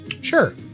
Sure